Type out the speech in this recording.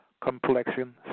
complexion